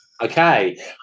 okay